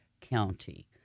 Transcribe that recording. County